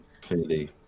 clearly